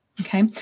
Okay